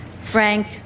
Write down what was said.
Frank